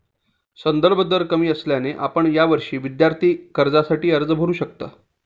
संदर्भ दर कमी असल्याने आपण यावर्षी विद्यार्थी कर्जासाठी अर्ज करू शकता